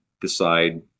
decide